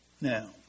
Now